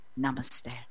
Namaste